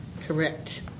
correct